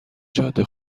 جاده